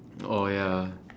oh ya